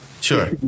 Sure